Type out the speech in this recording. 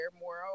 more